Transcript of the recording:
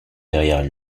derrière